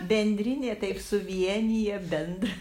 bendrinė taip suvienija bendra